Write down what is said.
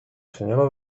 señora